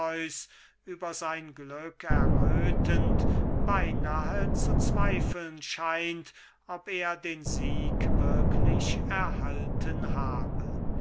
über sein glück erröthend beynahe zu zweifeln scheint ob er den sieg wirklich erhalten habe